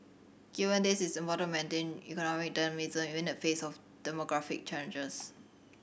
given this it is important to maintain economic dynamism even in the face of demographic challenges